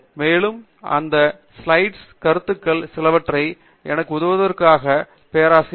மேலும் இந்த ஸ்லைடுகளுக்கான கருத்துக்கள் சிலவற்றை எனக்கு உதவுவதற்காக பேராசிரியர் கே